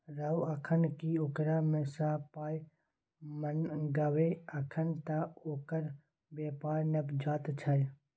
रौ अखन की ओकरा सँ पाय मंगबै अखन त ओकर बेपार नवजात छै